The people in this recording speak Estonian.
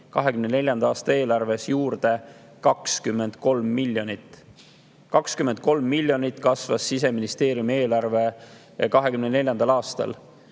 2024. aasta eelarves juurde 23 miljonit. 23 miljonit kasvas Siseministeeriumi eelarve 2024. aastal!